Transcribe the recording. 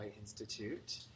Institute